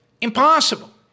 impossible